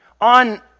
on